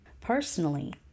Personally